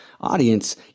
audience